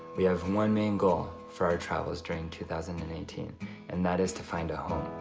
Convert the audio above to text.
we have one main goal, for our travels during two thousand and eighteen and that is to find a home.